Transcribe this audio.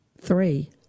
three